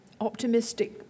optimistic